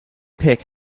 pick